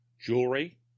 jewelry